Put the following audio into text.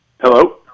Hello